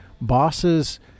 bosses